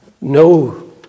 No